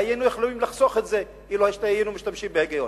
והיינו יכולים לחסוך את זה אילו היינו משתמשים בהיגיון.